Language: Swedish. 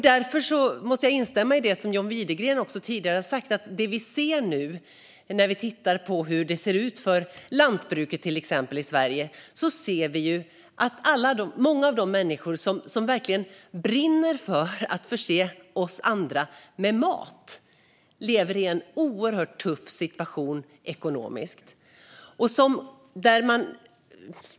Därför instämmer jag i det som John Widegren tidigare har sagt: Det vi ser nu när vi tittar på hur det ser ut för lantbruket, till exempel, i Sverige är att många av de människor som verkligen brinner för att förse oss andra med mat lever i en oerhört tuff ekonomisk situation.